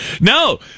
No